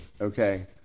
okay